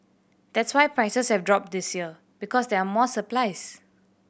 that's why prices have dropped this year because there are more supplies